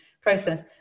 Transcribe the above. process